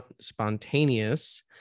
spontaneous